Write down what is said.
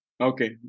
Okay